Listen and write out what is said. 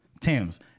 Tim's